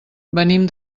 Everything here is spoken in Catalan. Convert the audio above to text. venim